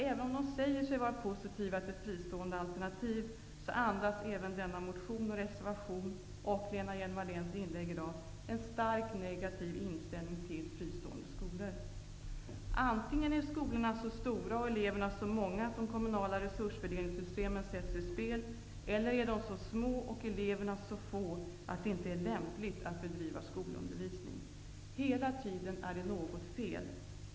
Även om de säger sig vara positiva till fristående alternativ, andas denna motion, denna reservation och Lena Hjelm-Walléns inlägg i dag en stark negativ inställning till fristående skolor. Antingen är skolorna så stora och eleverna så många att de kommunala resursfördelningssystemen sätts ur spel, eller också är de så små och eleverna så få att det inte är lämpligt att bedriva skolundervisning. Hela tiden är det något fel.